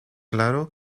claro